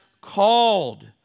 called